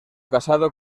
casado